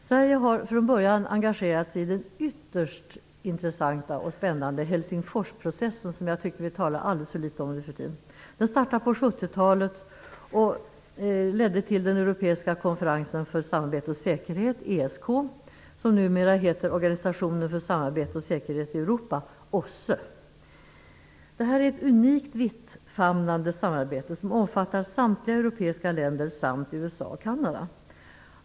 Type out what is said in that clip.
Sverige har från början engagerat sig i den ytterst intressanta och spännande Helsingforsprocessen, som jag tycker att vi talar alldeles för litet om nu för tiden. Den startade på 1970-talet och ledde till Europeiska konferensen för samarbete och säkerhet, ESK, som numera heter Organisationen för samarbete och säkerhet i Europa, OSSE. Det är ett unikt, vittfamnande samarbete som omfattar samtliga europeiska länder samt USA och Kanada.